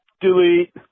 Delete